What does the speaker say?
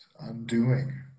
undoing